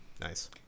Nice